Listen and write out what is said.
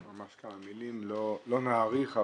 ממש כמה מילים, לא נאריך.